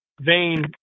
vein